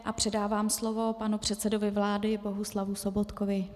A předávám slovo panu předsedovi vlády Bohuslavu Sobotkovi.